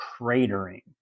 cratering